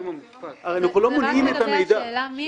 הרי אנחנו לא מונעים את המידע.